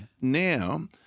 Now